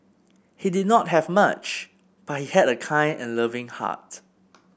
he did not have much but he had a kind and loving heart